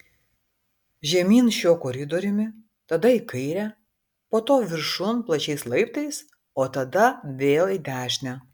žemyn šiuo koridoriumi tada į kairę po to viršun plačiais laiptais o tada vėl į dešinę